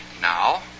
Now